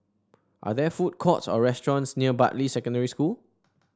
are there food courts or restaurants near Bartley Secondary School